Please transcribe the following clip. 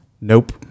nope